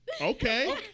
Okay